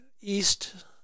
east